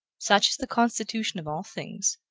such is the constitution of all things,